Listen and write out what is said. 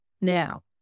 now